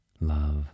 love